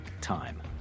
time